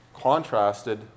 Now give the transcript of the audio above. contrasted